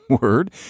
word